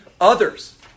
others